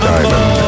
Diamond